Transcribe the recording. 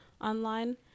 online